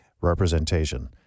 representation